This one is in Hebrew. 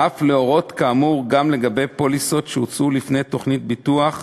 ואף להורות כאמור גם לגבי פוליסות שהוצאו לפני תוכנית ביטוח,